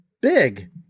big